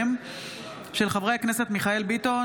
והביטחון לצורך הכנתה לקריאה השנייה והשלישית.